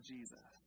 Jesus